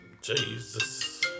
Jesus